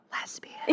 lesbian